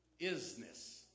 isness